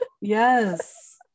Yes